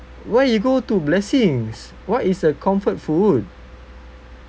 why you go to blessings what is a comfort food